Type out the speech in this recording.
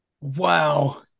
Wow